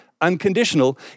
unconditional